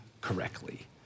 correctly